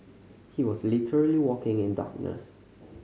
he was literally walking in darkness